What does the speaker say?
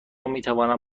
میتوانم